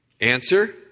Answer